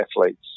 athletes